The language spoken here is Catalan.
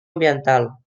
ambiental